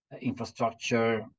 infrastructure